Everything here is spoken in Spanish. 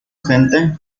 gente